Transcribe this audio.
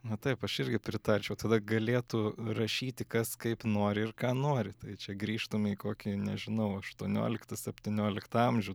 na taip aš irgi pritarčiau tada galėtų rašyti kas kaip nori ir ką nori tai čia grįžtume į kokį nežinau aštuonioliktą septynioliktą amžių